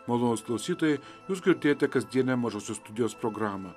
malonūs klausytojai jūs girdėjote kasdienę mažosios studijos programą